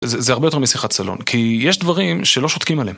זה הרבה יותר משיחת סלון, כי יש דברים שלא שותקים עליהם.